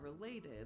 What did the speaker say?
related